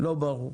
לא ברור.